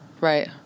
right